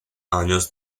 años